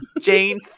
Jane